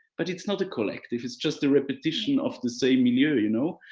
but it's not a collective. it's just a repetition of the same minua, you know.